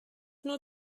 nur